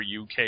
UK